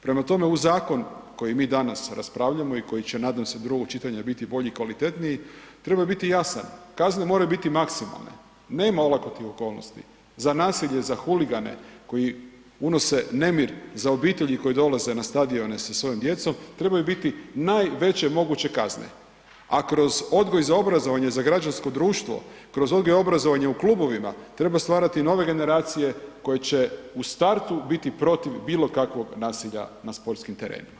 Prema tome, uz zakon koji mi danas raspravljamo i koji će nadam se do drugog čitanja biti bolji i kvalitetniji treba biti jasan, kazne moraju biti maksimalne, nema olakotnih okolnosti za nasilje, za huligane koji unose nemir za obitelji koje dolaze na stadione sa svojom djecom trebaju biti najveće moguće kazne, a kroz odgoj i za obrazovanje za građansko društvo, kroz odgoj i obrazovanje u klubovima treba stvarati nove generacije koje će u startu biti protiv bilo kakvog nasilja na sportskim terenima.